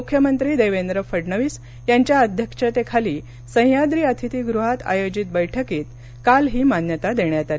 मृख्यमंत्री देवेंद्र फडणवीस यांच्या अध्यक्षतेखाली सह्याद्री अतिथीगृहात आयोजित बैठकीत काल ही मान्यता देण्यात आली